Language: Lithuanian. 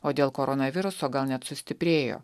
o dėl koronaviruso gal net sustiprėjo